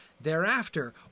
Thereafter